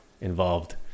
involved